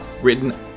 written